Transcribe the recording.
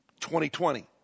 2020